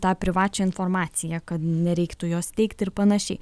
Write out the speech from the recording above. tą privačią informaciją kad nereiktų jos teikti ir panašiai